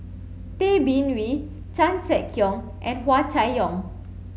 Tay Bin Wee Chan Sek Keong and Hua Chai Yong